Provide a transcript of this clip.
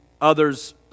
others